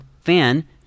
fan